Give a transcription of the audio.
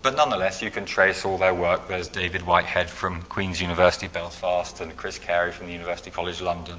but nonetheless, you can trace all their work. there's david whitehead from queens university, belfast and chris carry from the university college london